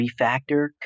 refactor